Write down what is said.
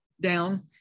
down